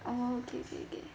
oh okay okay okay